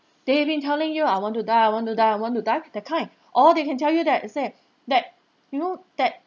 they've been telling you I want to die I want to die I want to die that kind or they can tell you that and say that you know that